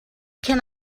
can